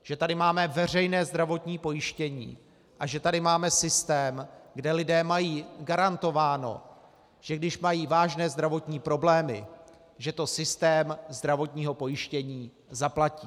Že tady máme veřejné zdravotní pojištění a že tady máme systém, kde lidé mají garantováno, že když mají vážné zdravotní problémy, systém zdravotního pojištění to zaplatí.